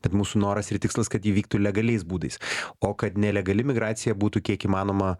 bet mūsų noras ir tikslas kad ji vyktų legaliais būdais o kad nelegali migracija būtų kiek įmanoma